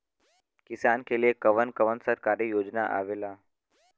किसान के लिए कवन कवन सरकारी योजना आवेला?